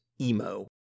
emo